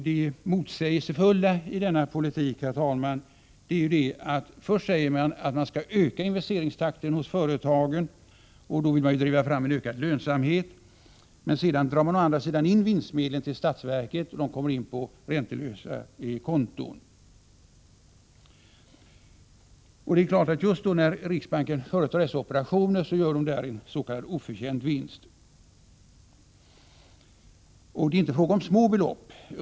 Det motsägelsefulla i denna politik är att man först säger att man skall öka investeringstakten hos företagen, och då vill man driva fram en ökad lönsamhet. Sedan drar man in vinstmedlen till statsverket, och de kommer in på räntelösa konton. Just när riksbanken företar dessa operationer gör den en s.k. oförtjänt vinst. Och det är inte fråga om små belopp.